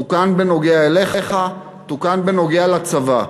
הוא תוקן בנוגע אליך ותוקן בנוגע לצבא.